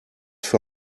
für